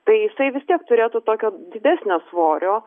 tai jisai vis tiek turėtų tokio didesnio svorio